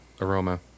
aroma